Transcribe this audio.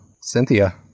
Cynthia